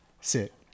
sit